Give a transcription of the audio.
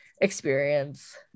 experience